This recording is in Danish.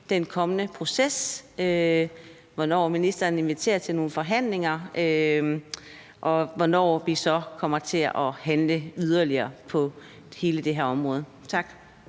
den kommende proces, altså hvornår ministeren inviterer til nogle forhandlinger, og hvornår vi så kommer til at handle yderligere på hele det her område. Tak.